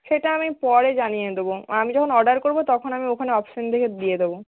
সেটা আমি পরে জানিয়ে দেবো আমি যখন অর্ডার করবো তখন আমি ওখানে অপশান দেখে দিয়ে দেবো